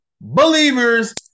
Believers